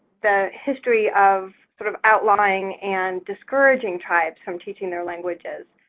the history of sort of outlying and discouraging tribes from teaching their languages.